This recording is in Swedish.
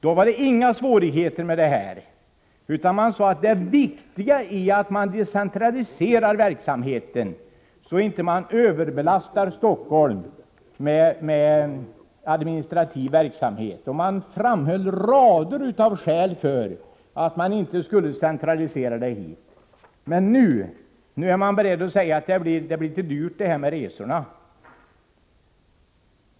Då var det inga svårigheter med detta, utan man sade att det viktiga är att vi decentraliserar verksamheten så att vi inte överbelastar Stockholm med administrativ verksamhet. Man hade rader av skäl för att inte centralisera. Men nu är man beredd att säga att det blir för dyrt med resorna.